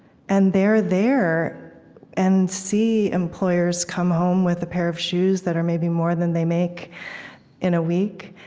and they're there and see employers come home with a pair of shoes that are maybe more than they make in a week,